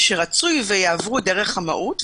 שרצוי שיעברו דרך המהו"ת,